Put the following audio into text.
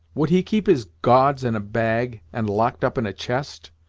would he keep his gods in a bag, and locked up in a chest?